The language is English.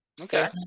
okay